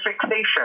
fixation